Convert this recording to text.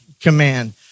command